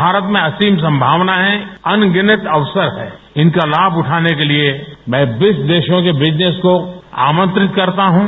भारत में असीम संभावना है अनगिनत अवसर है इनका लाभ उठाने के लिए मैं ब्रिक्स देशों के बिजनेस को आमंत्रित करता हूं